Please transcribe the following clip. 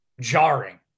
jarring